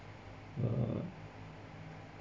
uh